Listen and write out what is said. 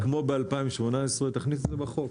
כמו ב-2018, תכניס את זה בחוק.